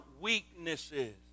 weaknesses